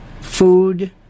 food